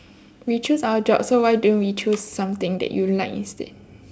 we choose our job so why don't you choose something that you like instead